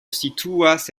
situas